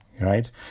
right